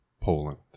Poland